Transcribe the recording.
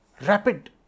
rapid